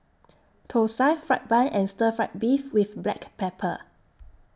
Thosai Fried Bun and Stir Fry Beef with Black Pepper